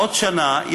בעוד שנה,